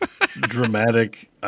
dramatic